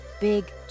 big